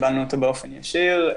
קיבלנו אותו באופן ישיר.